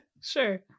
Sure